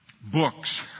Books